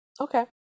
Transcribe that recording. Okay